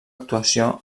actuació